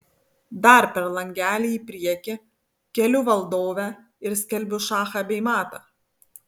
dar per langelį į priekį keliu valdovę ir skelbiu šachą bei matą